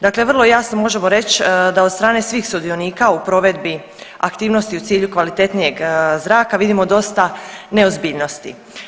Dakle, vrlo jasno možemo reći da od strane svih sudionika u provedbi aktivnosti u cilju kvalitetnijeg zraka vidimo dosta neozbiljnosti.